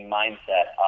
mindset